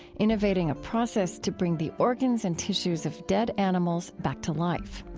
innovating a process to bring the organs and tissues of dead animals back to life.